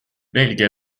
veelgi